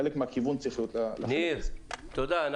תודה.